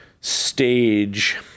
stage